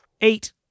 Eight